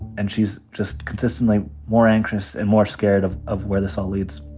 and she's just consistently more anxious and more scared of of where this all leads.